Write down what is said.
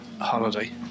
holiday